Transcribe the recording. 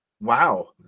wow